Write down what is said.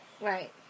Right